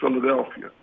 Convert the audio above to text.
Philadelphia